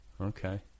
Okay